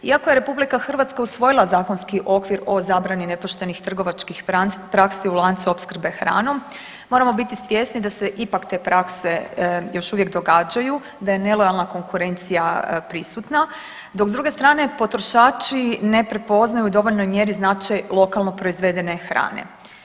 Iako je RH usvojila zakonski okvir o zabrani nepoštenih trgovačkih praksi u lancu opskrbe hranom moramo biti svjesni da se ipak te prakse još uvijek događaju, da je nelojalna konkurencija prisutna dok s druge strane potrošači ne prepoznaju u dovoljnoj mjeri značaj lokalno proizvedene hrane.